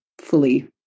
fully